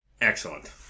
Excellent